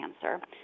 cancer